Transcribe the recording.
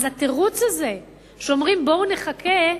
אז התירוץ הזה שאומר לחכות,